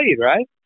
right